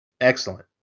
Excellent